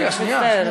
רגע, רגע, שנייה.